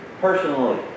personally